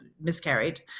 miscarried